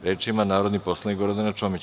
Reč ima narodni poslanik Gordana Čomić.